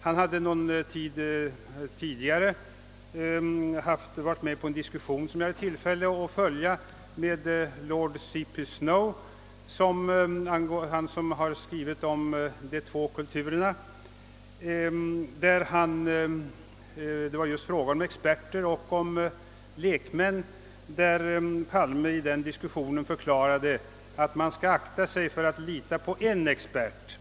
Herr Palme hade någon tid dessförinnan medverkat i en diskussion, som jag hade tillfälle att följa, med lord C. P. Snow, författaren till boken om de två kulturerna. Diskussionen handlade just om experter och lekmän, och herr Palme förklarade att man bör akta sig för att lita på en expert.